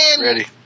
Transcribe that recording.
Ready